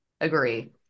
Agree